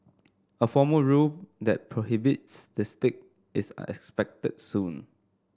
a formal rule that prohibits the stick is are expected soon